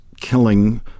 killing